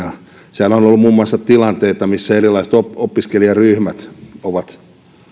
siellä on on ollut muun muassa tilanteita missä erilaiset opiskelijaryhmät ovat